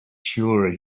sure